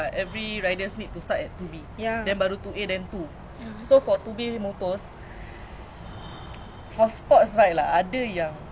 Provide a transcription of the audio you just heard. !wow! like that's a lot of money sia